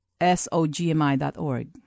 SOGMI.org